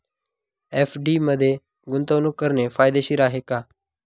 FD मध्ये गुंतवणूक करणे फायदेशीर आहे का?